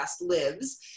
lives